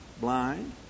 blind